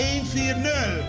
140